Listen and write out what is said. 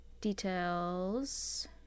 details